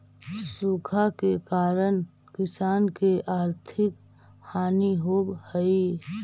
सूखा के कारण किसान के आर्थिक हानि होवऽ हइ